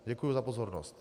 Děkuji za pozornost.